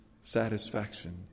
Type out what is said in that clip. satisfaction